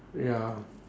ya